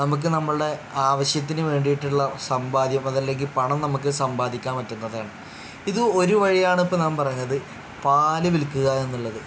നമുക്ക് നമ്മളുടെ ആവശ്യത്തിന് വേണ്ടിയിട്ടുള്ള സമ്പാദ്യം അത് അല്ലെങ്കിൽ പണം നമുക്ക് സമ്പാദിക്കാൻ പറ്റുന്നതാണ് ഇത് ഒരു വഴിയാണ് ഇപ്പം ഞാൻ പറഞ്ഞത് പാൽ വിൽക്കുക എന്നുള്ളത്